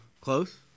Close